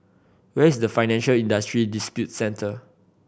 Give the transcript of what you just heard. where is the Financial Industry Dispute Center